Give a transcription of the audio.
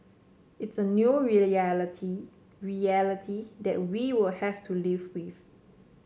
it's a new reality reality that we'll have to live with